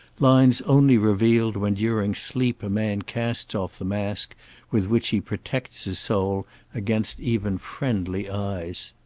lines only revealed when during sleep a man casts off the mask with which he protects his soul against even friendly eyes.